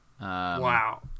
Wow